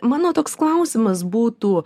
mano toks klausimas būtų